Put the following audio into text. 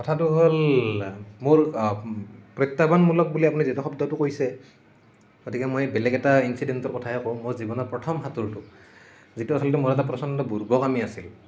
কথাটো হ'ল মোৰ প্ৰত্যাহ্বানমূলক বুলি আপুনি যিটো শব্দটো কৈছে গতিকে মই বেলেগ এটা ইঞ্চিডেণ্টৰ কথাহে ক'ম মোৰ জীৱনৰ প্ৰথম সাঁতোৰটো যিটো আচলতে মোৰ এটা প্ৰচণ্ড বুৰ্বকামী আছিল